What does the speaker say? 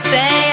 Say